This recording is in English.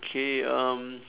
okay um